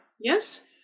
yes